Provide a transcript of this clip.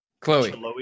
Chloe